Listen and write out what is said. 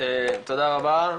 תודה רבה.